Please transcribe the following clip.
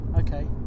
Okay